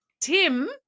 Tim